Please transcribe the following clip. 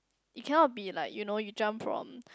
it cannot be like you know you jump from